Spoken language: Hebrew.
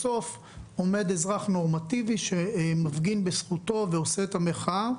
עומד אזרח נורמטיבי שמפגין בזכותו ועושה את המחאה,